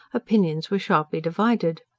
opinions were sharply divided.